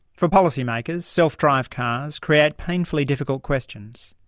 for policymakers self-drive cars create painfully difficult questions.